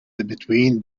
between